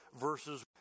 verses